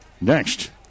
next